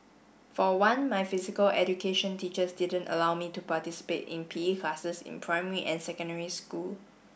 for one my physical education teachers didn't allow me to participate in P E classes in primary and secondary school